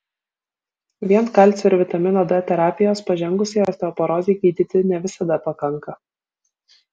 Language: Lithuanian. vien kalcio ir vitamino d terapijos pažengusiai osteoporozei gydyti ne visada pakanka